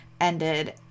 ended